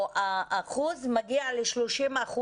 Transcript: או האחוז מגיע ל-30%,